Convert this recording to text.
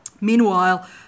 Meanwhile